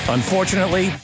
Unfortunately